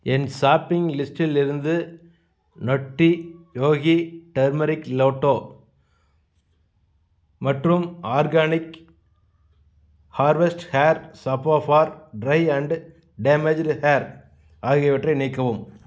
என் shopping லிஸ்ட்டில் இருந்து Nutty Yogi turmeric latte மற்றும் Organic Harvest hair spa for dry and damaged hair ஆகியவற்றை நீக்கவும்